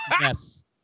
yes